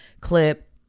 clip